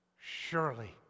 surely